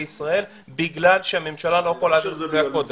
ישראל בגלל שהממשלה לא יכולה להעביר את מתווה הכותל.